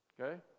Okay